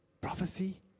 Prophecy